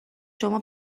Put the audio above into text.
شما